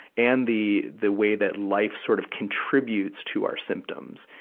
and the the way that life sort of contributes to our symptoms.